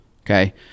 Okay